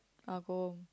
I'll go